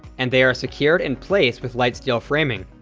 and they are secured in place with light steel framing.